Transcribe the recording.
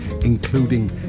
including